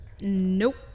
Nope